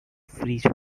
freeze